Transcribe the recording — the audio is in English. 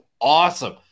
awesome